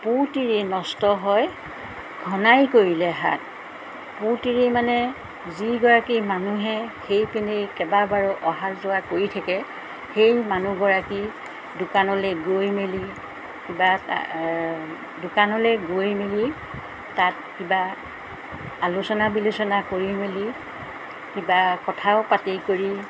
পু তিৰী নষ্ট হয় ঘনাই কৰিলে হাত পু তিৰী মানে যিগৰাকী মানুহে সেইপিনে কেইবাবাৰো অহা যোৱা কৰি থাকে সেই মানুহগৰাকী দোকানলৈ গৈ মেলি কিবা এটা দোকানলৈ গৈ মেলি তাত কিবা আলোচনা বিলোচনা কৰি মেলি কিবা কথাও পাতি কৰি